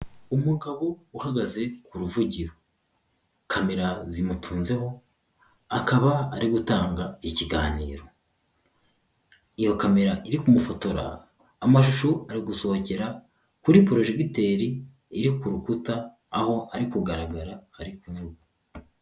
Umugabo uhagaze ku ruvugiro, Kamera zimutunzeho akaba ari gutanga ikiganiro, iyo kamera iri kumufotora, amashusho ari gusohokera kuri porojegiteri iri ku rukuta aho ari kugaragara ari kuvuga.